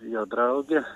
jo draugė